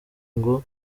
ngo